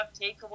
takeaway